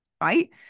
right